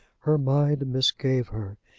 her mind misgave her.